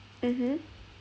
mmhmm